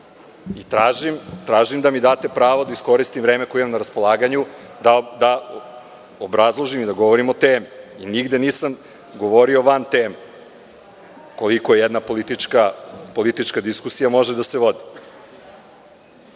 Tražim da mi date pravo da iskoristim vreme koje imam na raspolaganju, da obrazložim i da govorim o temi. Nigde nisam govorio van teme, koliko jedna politička diskusija može da se vodi. Žao